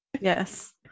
Yes